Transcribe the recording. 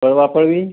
पळवापळवी